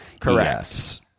Correct